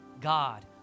God